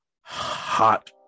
hot